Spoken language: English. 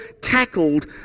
tackled